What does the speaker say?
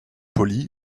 poli